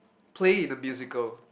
play the musical